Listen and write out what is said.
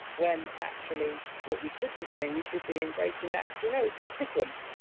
when actually what we should be doing, we should be embracing. actually, no, it's just different.